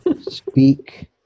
Speak